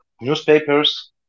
newspapers